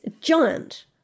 giant